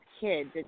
kids